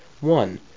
One